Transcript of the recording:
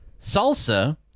salsa